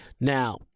Now